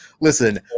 Listen